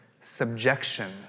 Subjection